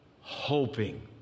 hoping